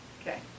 Okay